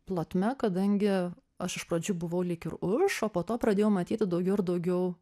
plotme kadangi aš iš pradžių buvau lyg ir už o po to pradėjau matyti daugiau ir daugiau